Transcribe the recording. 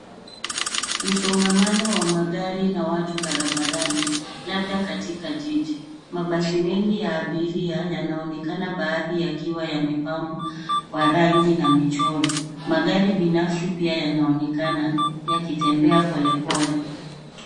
Msongamano wa magari na watu barabarani labda katika jiji. Mabasi mengi ya abiria yanaonekana baadhi yakiwa yamepambwa kwa rangi na michoro. Magari binafsi pia yanaonekana yakitembea pole pole.